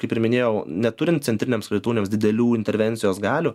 kaip ir minėjau neturint centrinėms kredito unijoms didelių intervencijos galių